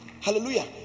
Hallelujah